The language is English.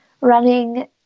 running